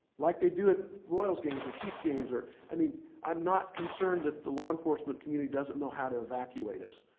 like they do at royals games or chiefs games or i mean i'm not concerned that the law enforcement community doesn't know how to evacuate us,